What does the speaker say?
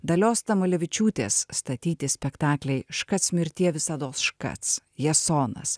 dalios tamulevičiūtės statyti spektakliai škac mirtie visados škac jasonas